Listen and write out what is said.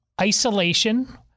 isolation